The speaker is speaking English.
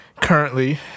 currently